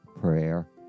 prayer